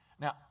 Now